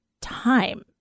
time